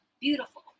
beautiful